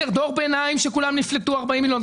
דור ביניים שכולם נפלטו, 40 מיליון שקלים.